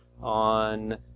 on